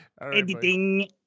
Editing